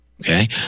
Okay